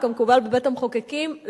כמקובל בבית-המחוקקים,